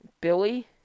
Billy